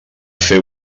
fer